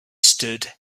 stood